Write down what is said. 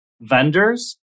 vendors